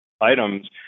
items